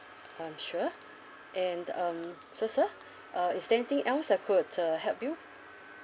um sure and um so sir uh is there anything else I could uh help you